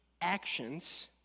actions